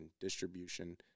distribution